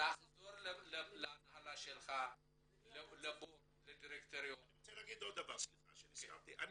תחזור להנהלה שלך --- אני רוצה להגיד עוד דבר שנזכרתי בו.